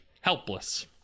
helpless